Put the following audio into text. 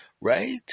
right